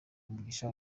umugisha